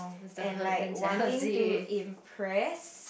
and like one thing to impress